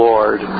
Lord